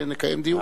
ונקיים דיון.